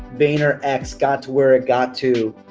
vayner x got to where it got to,